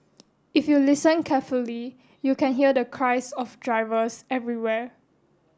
if you listen carefully you can hear the cries of drivers everywhere